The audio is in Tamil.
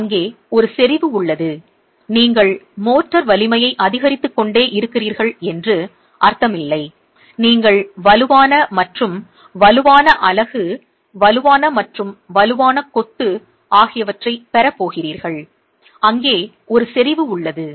அங்கே ஒரு செறிவு உள்ளது நீங்கள் மோர்டார் வலிமையை அதிகரித்துக் கொண்டே இருக்கிறீர்கள் என்று அர்த்தம் இல்லை நீங்கள் வலுவான மற்றும் வலுவான அலகு வலுவான மற்றும் வலுவான கொத்து ஆகியவற்றை பெற போகிறீர்கள் அங்கே ஒரு செறிவு உள்ளது